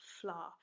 flour